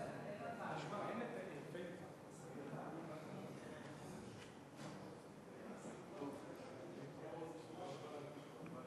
ההצעה לכלול את הנושא בסדר-היום של הכנסת נתקבלה.